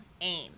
aim